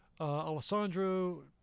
Alessandro